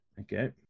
okay